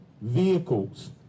vehicles